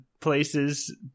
places